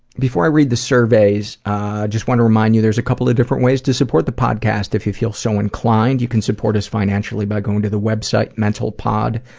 before i read the surveys, i just wanna remind you there's a couple of different ways to support the podcast, if you feel so inclined. you can support us financially by going to the website mentalpod.